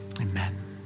amen